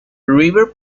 river